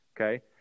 Okay